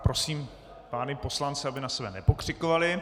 Prosím pány poslance, aby na sebe nepokřikovali.